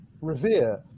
revere